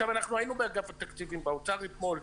היינו באגף תקציבים באוצר אתמול.